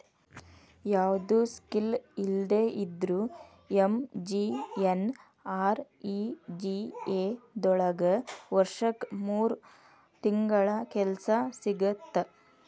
ಯಾವ್ದು ಸ್ಕಿಲ್ ಇಲ್ದೆ ಇದ್ರೂ ಎಂ.ಜಿ.ಎನ್.ಆರ್.ಇ.ಜಿ.ಎ ದೊಳಗ ವರ್ಷಕ್ ಮೂರ್ ತಿಂಗಳರ ಕೆಲ್ಸ ಸಿಗತ್ತ